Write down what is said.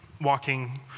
walking